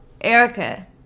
Erica